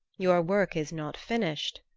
your work is not finished,